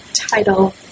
title